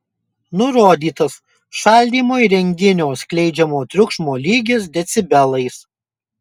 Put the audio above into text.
nurodytas šaldymo įrenginio skleidžiamo triukšmo lygis decibelais